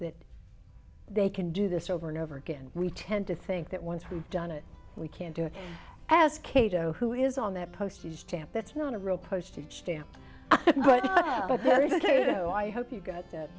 that they can do this over and over again we tend to think that once we've done it we can do it as cato who is on that postage stamp that's not a real postage stamp but you know i hope you got that